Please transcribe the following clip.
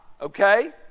okay